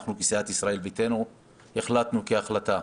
אנחנו בסיעת ישראל ביתנו החלטנו כהחלטה,